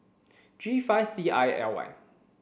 G five C I L Y